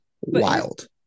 Wild